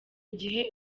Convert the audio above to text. gihe